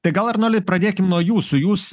tai gal arnoldai pradėkim nuo jūsų jūs